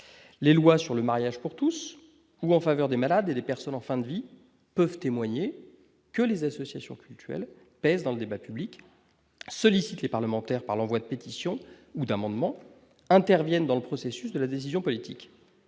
les lois sur le mariage pour tous ou en faveur des malades et les personnes en fin de vie peuvent témoigner que les associations cultuelles pèse dans le débat public, sollicite les parlementaires par l'envoi de pétitions ou d'amendements interviennent dans le processus de la décision politique,